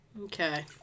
Okay